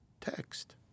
text